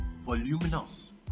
voluminous